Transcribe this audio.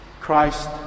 Christ